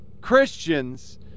Christians